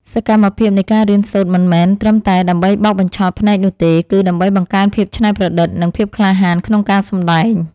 សកម្មភាពនៃការរៀនសូត្រមិនមែនត្រឹមតែដើម្បីបោកបញ្ឆោតភ្នែកនោះទេ គឺ ដើម្បីបង្កើនភាពច្នៃប្រឌិត និង ភាពក្លាហានក្នុងការសម្តែង។